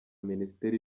minisiteri